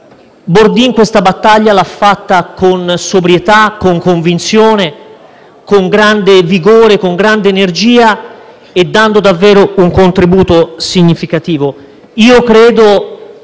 Bordin questa battaglia l'ha fatta con sobrietà, convinzione, grande vigore ed energia e dando davvero un contributo significativo. Ritengo